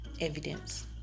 evidence